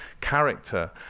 character